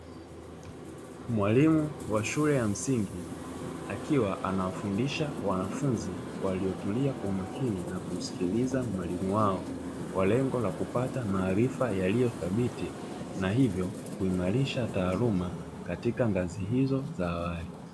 Mwalimu wa shule ya msingi akiwa anawafundisha wanafunzi waliotulia kwa umakini na kumsikiliza mwalimu wao kwa lengo la kupata maarifa yaliyothabiti na hivyo kuimarisha taaluma katika ngazi hizo za awali.